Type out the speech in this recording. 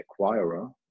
acquirer